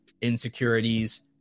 insecurities